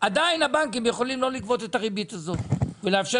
עדיין הבנקים יכולים לא לגבות את הריבית הזאת ולאפשר